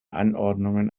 anordnungen